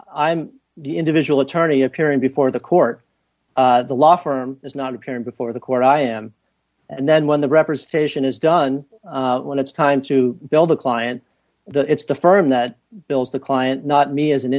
i'm the individual attorney appearing before the court the law firm is not apparent before the court i am and then when the representation is done when it's time to build a client that it's the firm that builds the client not me as an